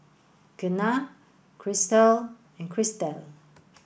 Kenna Chrystal and Christal